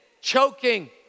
choking